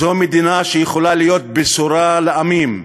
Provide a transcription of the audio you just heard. זאת מדינה שיכולה להיות בשורה לעמים,